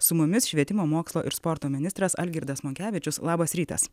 su mumis švietimo mokslo ir sporto ministras algirdas monkevičius labas rytas